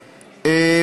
למה היחידים, ?